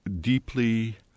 deeply